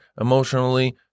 emotionally